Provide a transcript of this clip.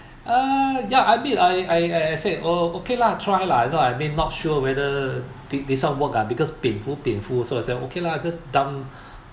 uh ya I mean I I I said oh okay lah try lah you know I mean I'm not sure whether they they sort of work ah because 蝙蝠蝙蝠 so I say okay lah just dump